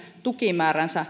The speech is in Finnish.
tukimäärä